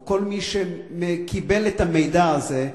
או כל מי שקיבל את המידע הזה,